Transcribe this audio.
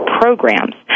programs